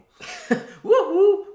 Woohoo